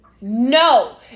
no